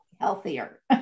healthier